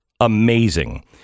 amazing